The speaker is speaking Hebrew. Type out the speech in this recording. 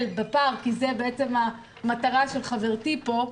בפער כי זו בעצם המטרה של חברתי פה,